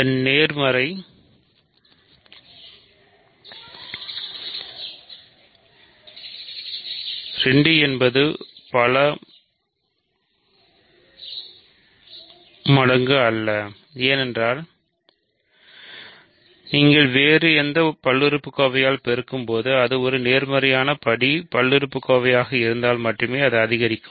அதன் நேர்மறை ஒருமுறை 2 என்பது பல மடங்கு அல்ல ஏனென்றால் நீங்கள் வேறு எந்த பல்லுறுப்புக்கோவையால் பெருக்கும்போது அது ஒரு நேர்மறையான படி பல்லுறுப்புக்கோவையாக இருந்தால் மட்டுமே அது அதிகரிக்கும்